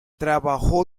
trabajó